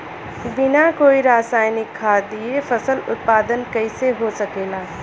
बिना कोई रसायनिक खाद दिए फसल उत्पादन कइसे हो सकेला?